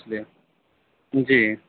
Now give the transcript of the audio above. جی